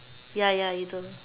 ya ya he don't know